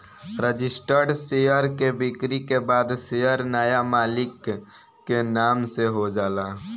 registered share के बिक्री के बाद शेयर नाया मालिक के नाम से हो जाला